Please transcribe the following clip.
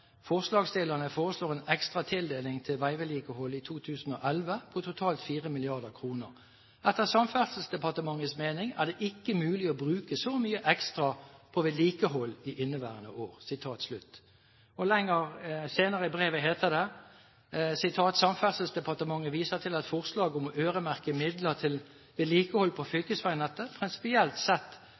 foreslår en ekstra tildeling til vedlikehold i 2011 på totalt 4 milliarder kroner. Etter Samferdselsdepartementets mening er det ikke mulig å bruke så mye ekstra på vedlikehold i inneværende år.» Senere i brevet heter det: «Samferdselsdepartementet viser til forslaget om å øremerke midler til vedlikehold på fylkesvegnettet. Prinsipielt sett